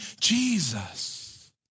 Jesus